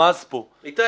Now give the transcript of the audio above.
נרמז פה --- איתי,